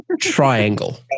triangle